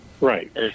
Right